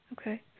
Okay